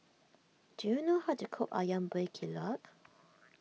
do you know how to cook Ayam Buah Keluak